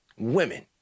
Women